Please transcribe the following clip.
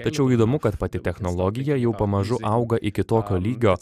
tačiau įdomu kad pati technologija jau pamažu auga iki tokio lygio